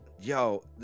Yo